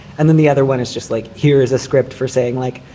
and then the other one is just like, here is a script for saying like,